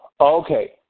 Okay